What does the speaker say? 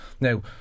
Now